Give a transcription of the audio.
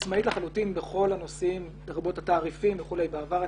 עצמאית לחלוטין בכל הנושאים לרבות התעריפים וכולי אני